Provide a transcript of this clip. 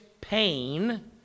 pain